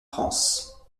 france